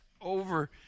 over